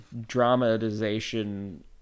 dramatization